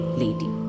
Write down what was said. lady